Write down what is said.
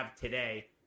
today